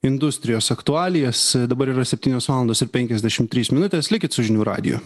industrijos aktualijas dabar yra septynios valandos ir penkiasdešim trys minutės likit su žinių radiju